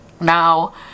now